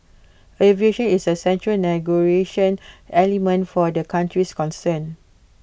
aviation is A central negotiating element for the countries concerned